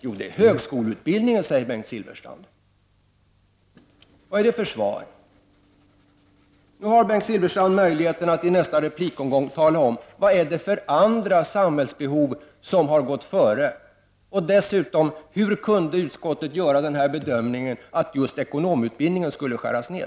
Jo, det är högskoleutbildningen, säger Bengt Silfverstrand! Vad är det för svar? Nu har Bengt Silfverstrand möjlighet att i nästa replikomgång tala om vilka andra samhällsbehov som har gått före. Dessutom: Hur kunde utskottet göra bedömningen att just ekonomutbildningen skulle skäras ned?